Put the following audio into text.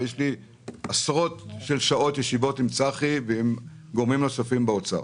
יש לי עשרות שעות ישיבות עם צחי ועם גורמים נוספים באוצר.